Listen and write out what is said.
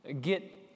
get